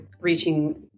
reaching